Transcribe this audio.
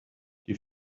die